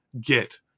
get